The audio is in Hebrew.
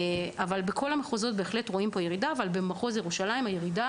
בכל המקומות רואים ירידה אבל במחוז ירושלים הירידה